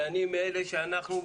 ואני מאלה ש'אנחנו,